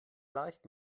leicht